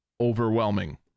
overwhelming